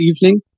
evening